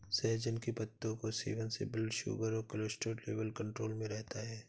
सहजन के पत्तों के सेवन से ब्लड शुगर और कोलेस्ट्रॉल लेवल कंट्रोल में रहता है